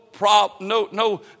no